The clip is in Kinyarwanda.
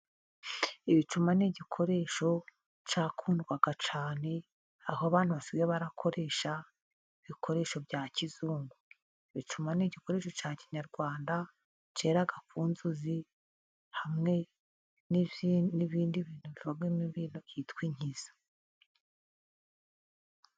Ibicuma ni igikoresho cyakundwaga cyane, aho abantu basigaye barakoresha ibikoresho bya kizungu, ibicuma n'igikoresho cya kinyarwanda, cyeraga ku inzuzi, hamwe n'ibindi bintu byitwa inkiza.